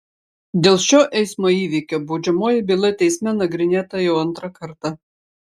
dėl šio eismo įvykio baudžiamoji byla teisme nagrinėta jau antrą kartą